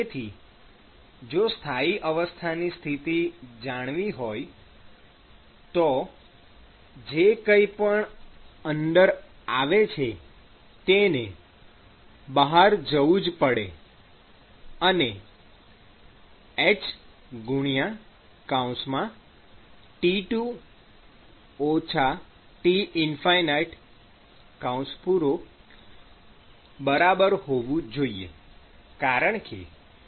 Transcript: તેથી જો સ્થાયી અવસ્થાની સ્થિતિ જાળવવી હોય તો જે કઈ પણ અંદર આવે છે તેને બહાર જવું જ પડે અને hT2 T ͚ બરાબર હોવું જોઈએ